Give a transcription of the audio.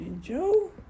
Joe